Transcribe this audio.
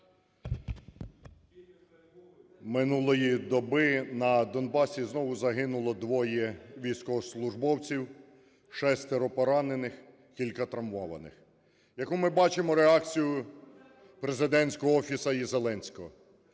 Минулої доби на Донбасі знову загинуло двоє військовослужбовців, шестеро поранених, кілька травмованих. Яку ми бачимо реакцію президентського офісу і Зеленського?